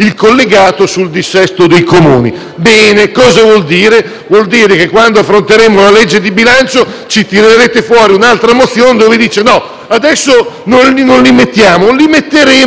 il collegato sul dissesto dei comuni». Bene; cosa vuol dire? Vuol dire che quando affronteremo la legge di bilancio ci tirerete fuori un'altra mozione dove dite: «No, adesso non li mettiamo, ma li metteremo